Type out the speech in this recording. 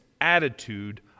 attitude